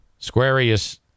Squarius